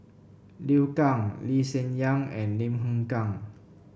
Liu Kang Lee Hsien Yang and Lim Hng Kiang